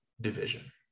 division